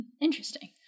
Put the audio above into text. interesting